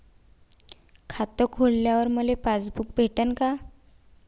खातं खोलल्यावर मले पासबुक भेटन का?